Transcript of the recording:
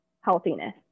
healthiness